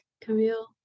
Camille